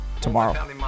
tomorrow